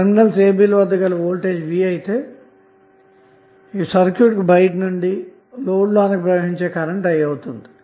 terminals a b ల వద్ద గల వోల్టేజ్ V అయితే బయట సర్క్యూట్ నుండి లోడ్ లోనికి ప్రవహించే కరెంట్ I అన్న మాట